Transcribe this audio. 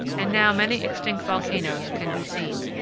and now many extinct volcanoes can be seen.